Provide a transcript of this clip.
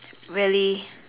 really